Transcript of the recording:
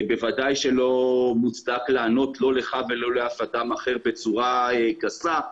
בוודאי שלא מוצדק לענות לא לך ולא לאף אדם אחר בצורה גסה.